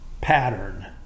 pattern